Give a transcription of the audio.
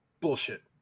Bullshit